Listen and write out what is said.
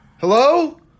Hello